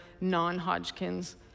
non-Hodgkin's